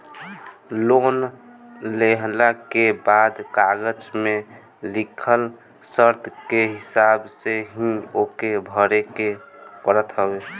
loan लेहला के बाद कागज में लिखल शर्त के हिसाब से ही ओके भरे के पड़त हवे